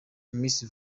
miss